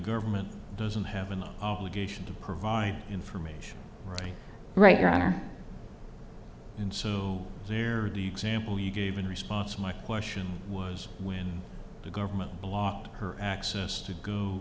government doesn't have an obligation to provide information right right your honor and so there are the example you gave in response my question was when the government blocked her access to go